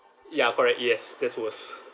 ya correct yes that's worse